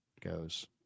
goes